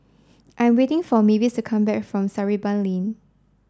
I am waiting for Mavis to come back from Sarimbun Lane